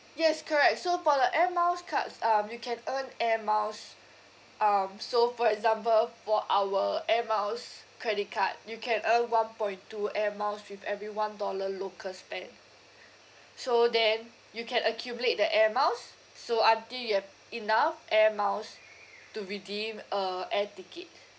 yes correct so for the air miles cards um you can earn air miles um so for example for our air miles credit card you can earn one point two air miles with every one dollar local spend so then you can accumulate the air miles so until you have enough air miles to redeem a air ticket